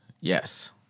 Yes